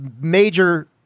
major